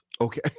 Okay